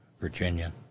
Virginia